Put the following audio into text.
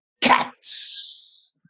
Cats